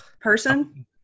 person